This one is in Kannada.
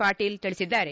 ಪಾಟೀಲ್ ತಿಳಿಸಿದ್ದಾರೆ